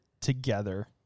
together